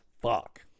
fuck